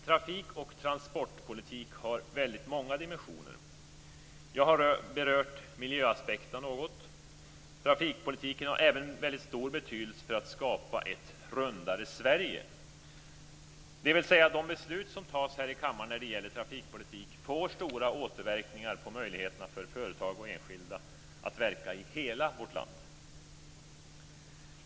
Trafik och transportpolitik har väldigt många dimensioner. Jag har berört miljöaspekterna något. Trafikpolitiken har även väldigt stor betydelse för att skapa "ett rundare Sverige", dvs. de beslut som tas här i kammaren när det gäller trafikpolitik får stora återverkningar på möjligheterna för företag och enskilda att verka i hela vårt land.